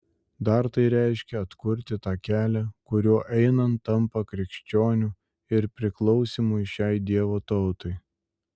dar tai reiškia atkurti tą kelią kuriuo einant tampa krikščioniu ir priklausymui šiai dievo tautai